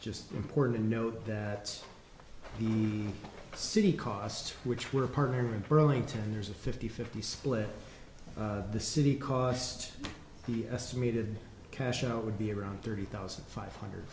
just important to note that the city cost which we're partnering in burlington there's a fifty fifty split the city cost the estimated cash and it would be around thirty thousand five hundred